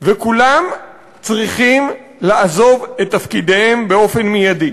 וכולם צריכים לעזוב את תפקידיהם מייד.